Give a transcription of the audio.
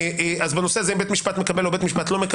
אז בנושא הזה בית המשפט מקבל או לא מקבל,